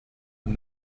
and